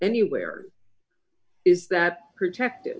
anywhere is that protected